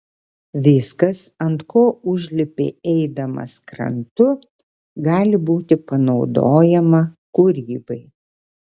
viskas ant ko užlipi eidamas krantu gali būti panaudojama kūrybai